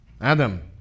Adam